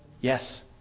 Yes